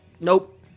Nope